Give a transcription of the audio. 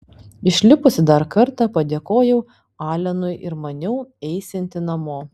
išlipusi dar kartą padėkojau alenui ir maniau eisianti namo